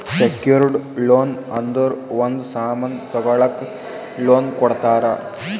secured loan ಅಂದುರ್ ಒಂದ್ ಸಾಮನ್ ತಗೊಳಕ್ ಲೋನ್ ಕೊಡ್ತಾರ